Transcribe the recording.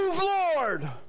Lord